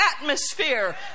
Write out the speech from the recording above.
atmosphere